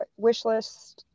wishlist